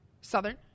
Southern